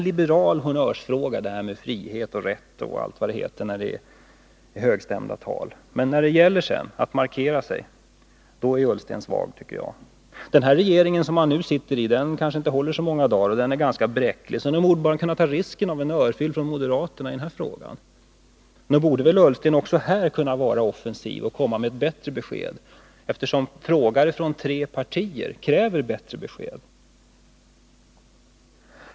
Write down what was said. Frågorna om frihet, rätt och allt vad det heter i högstämda tal är liberala honnörsfrågor. Men när det gäller att markera detta i praktiken är Ola Ullsten svag, tycker jag. Den regering Ola Ullsten nu sitter i kanske inte håller så många dagar till. Den är ganska bräcklig. Nog borde han kunna ta risken att få en örfil från moderaterna i den här frågan! Nog borde väl Ola Ullsten också här kunna vara offensiv och komma med ett bättre besked! Frågare från tre partier kräver bättre besked.